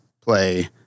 play